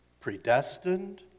predestined